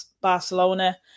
Barcelona